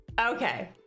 Okay